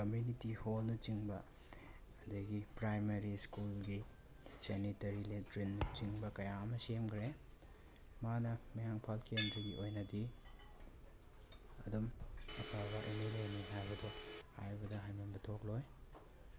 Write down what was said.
ꯑꯗꯒꯤ ꯀꯝꯃ꯭ꯌꯨꯅꯤꯇꯤ ꯍꯣꯜꯅꯆꯤꯡꯕ ꯑꯗꯒꯤ ꯄ꯭ꯔꯥꯏꯃꯥꯔꯤ ꯁ꯭ꯀꯨꯜꯒꯤ ꯁꯦꯅꯤꯇꯔꯤ ꯂꯦꯇ꯭ꯔꯤꯟꯅꯆꯤꯡꯕ ꯀꯌꯥ ꯑꯃ ꯁꯦꯝꯈ꯭ꯔꯦ ꯃꯥꯅ ꯃꯌꯥꯡ ꯏꯝꯐꯥꯜ ꯀꯦꯟꯗ꯭ꯔꯒꯤ ꯑꯣꯏꯅꯗꯤ ꯑꯗꯨꯝ ꯑꯐꯕ ꯑꯦꯝ ꯑꯦꯜ ꯑꯦꯅꯤ ꯍꯥꯏꯕꯗꯣ ꯍꯥꯏꯕꯗ ꯍꯥꯏꯃꯟꯕ ꯊꯣꯛꯂꯣꯏ